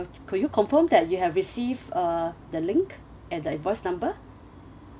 could you confirm that you have received err the link and the invoice number